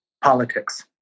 politics